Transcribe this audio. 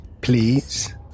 please